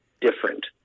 different